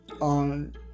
On